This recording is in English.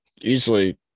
easily